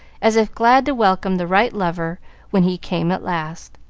as if glad to welcome the right lover when he came at last.